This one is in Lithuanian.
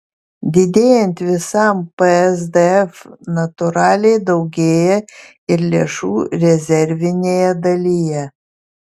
didėjant visam psdf natūraliai daugėja ir lėšų rezervinėje dalyje